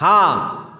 हाँ